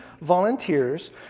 volunteers